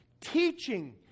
Teaching